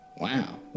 wow